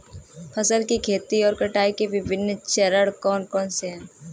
फसल की खेती और कटाई के विभिन्न चरण कौन कौनसे हैं?